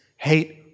hate